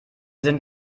sind